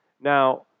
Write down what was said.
Now